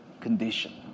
condition